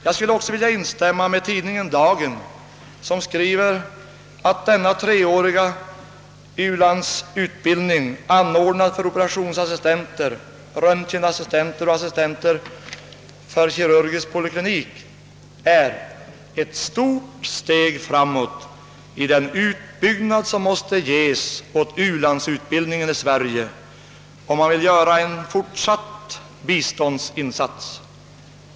Jag skulle också vilja instämma med tidningen Dagen som skriver att denna treåriga u-landsutbildning, anordnad för operationsassistenter, röntgenassistenter och assistenter för kirurgisk poliklinik, är »ett stort steg framåt i den utbyggnad som måste ges åt u-landsutbildningen i Sverige, om man vill göra en fortsatt biståndsinsats.